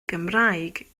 gymraeg